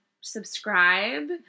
subscribe